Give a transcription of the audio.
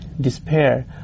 despair